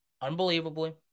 unbelievably